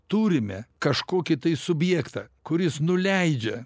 turime kažkokį tai subjektą kuris nuleidžia